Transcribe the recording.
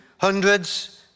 hundreds